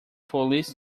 police